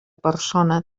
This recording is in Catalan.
persona